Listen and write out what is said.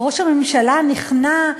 וראש הממשלה נכנע,